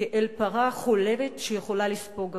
כאל פרה חולבת שיכולה לספוג הכול.